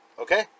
Okay